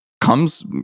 comes